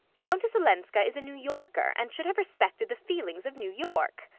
countess olenska is a new yorker, and should have respected the feelings of new york.